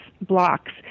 blocks